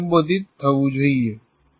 તમે ટેલ મોડ્યુલ 1 માં જોઈ શકો છો